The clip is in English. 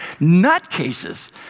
nutcases